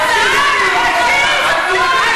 אין שכל, יש צעקות.